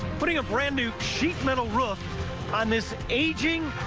putting a brand new sheet metal roof on this ageing,